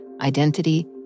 identity